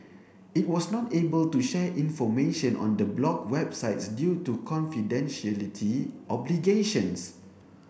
it was not able to share information on the blocked websites due to confidentiality obligations